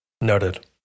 Noted